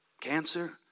Cancer